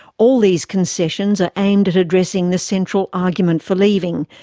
all these concessions are aimed at addressing the central argument for leaving,